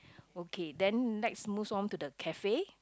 okay then next moves on to the cafe